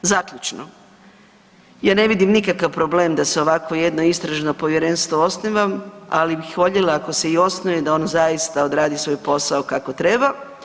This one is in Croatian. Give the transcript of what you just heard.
Zaključno, ja ne vidim nikakav problem da se ovakvo jedno Istražno povjerenstvo osniva, ali bih voljela, ako se i osnuje, da on zaista odradi svoj posao kako treba.